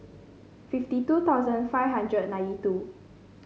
fifty two thousand five hundred and nintey two